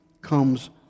comes